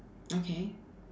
okay